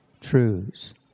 truths